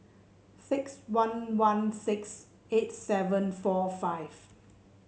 six one one six eight seven four five